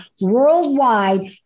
worldwide